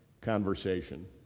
conversation